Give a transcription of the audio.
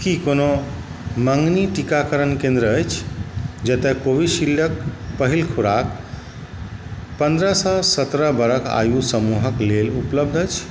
कि कोनो मँगनी टीकाकरण केन्द्र अछि जतऽ कोविशील्डके पहिल खोराक पनरहसँ सतरह बरख आयु समूहके लेल उपलब्ध अछि